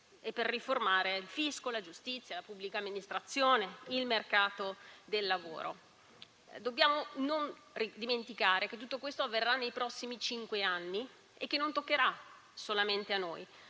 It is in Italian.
per riformare il fisco, la giustizia, la pubblica amministrazione, il mercato del lavoro. Non dobbiamo dimenticare che tutto questo avverrà nei prossimi cinque anni e che non toccherà solamente a noi.